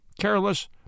careless